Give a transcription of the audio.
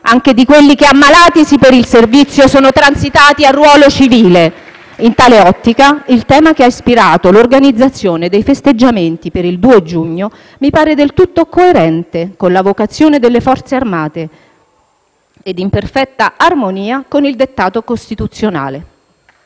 anche di quelli che, ammalatisi per il servizio, sono transitati al ruolo civile. In tale ottica, il tema che ha ispirato l'organizzazione dei festeggiamenti per il 2 giugno mi pare del tutto coerente con la vocazione delle Forze armate ed in perfetta armonia con il dettato costituzionale.